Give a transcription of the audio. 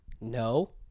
No